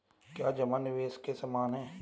क्या जमा निवेश के समान है?